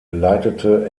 leitete